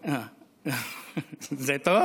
זה טוב.